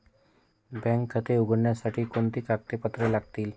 Bank खाते उघडण्यासाठी कोणती कागदपत्रे लागतील?